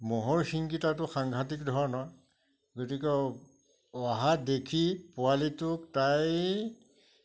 ম'হৰ সিং কিটাটো সাংঘাটিক ধৰণৰ গতিকে অহা দেখি পোৱালিটোক তাই